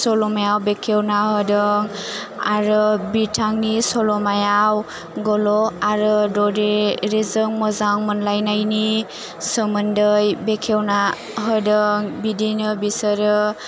सल'मायाव बेखेवना होदों आरो बिथांनि सल'मायाव गल' आरो ददेरेजों मोजां मोनलायनायनि सोमोन्दै बेखेवना होदों बिदिनो बिसोरो